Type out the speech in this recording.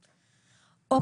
לא.